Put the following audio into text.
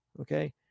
Okay